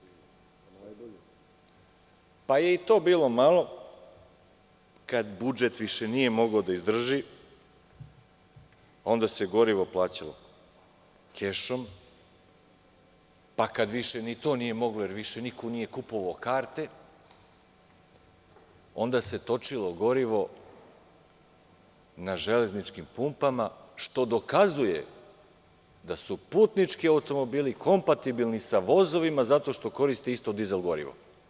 I to je onda bilo malo, kad budžet više nije mogao da izdrži, onda se gorivo plaćalo kešom, pa kad više ni to nije moglo jer više niko nije kupovao karte, onda se točilo gorivo na železničkim pumpama, što dokazuje da su putnički automobili kompatibilni sa vozovima zato što koriste isto dizel gorivo.